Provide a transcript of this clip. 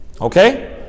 Okay